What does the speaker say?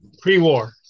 pre-war